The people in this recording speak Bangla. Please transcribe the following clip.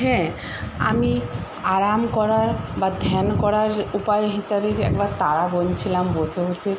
হ্যাঁ আমি আরাম করার বা ধ্যান করার উপায় হিসাবে একবার তারা গুনছিলাম বসে বসে